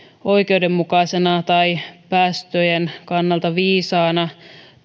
oikeudenmukaisena tai päästöjen kannalta viisaana